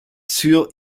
sur